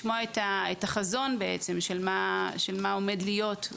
לשמוע את החזון של מה עומד להיות,